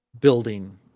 Building